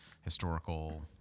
historical